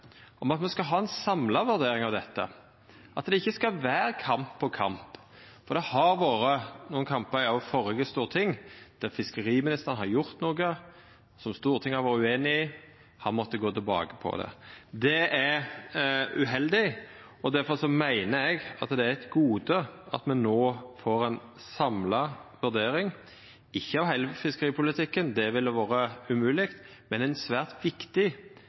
om at me skal ha ei samla vurdering av dette, at det ikkje skal vera kamp på kamp. For det var nokre kampar òg i førre storting – der fiskeriministeren har gjort noko som Stortinget har vore ueinig i, og har måtta gå tilbake på det. Det er uheldig. Difor meiner eg at det er eit gode at me no får ei samla vurdering – ikkje av heile fiskeripolitikken, det ville vore umogleg, men ein svært viktig